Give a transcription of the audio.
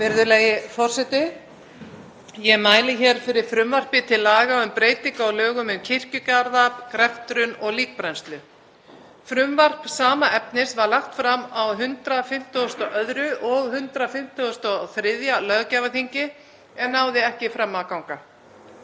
Virðulegi forseti. Ég mæli hér fyrir frumvarpi til laga um breytingu á lögum um kirkjugarða, greftrun og líkbrennslu. Frumvarp sama efnis var lagt fram á 152. og 153. löggjafarþingi en náði ekki fram að ganga.